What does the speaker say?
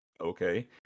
okay